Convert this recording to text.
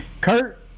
Kurt